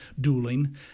dueling